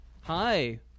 Hi